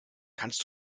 kannst